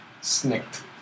Snicked